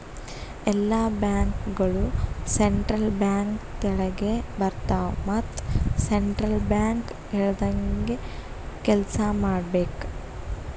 ಎಲ್ಲಾ ಬ್ಯಾಂಕ್ಗೋಳು central bank ತೆಳಗೆ ಬರ್ತಾವ ಮತ್ ಸೆಂಟ್ರಲ್ ಬ್ಯಾಂಕ್ ಹೇಳ್ದಂಗೆ ಕೆಲ್ಸಾ ಮಾಡ್ಬೇಕ್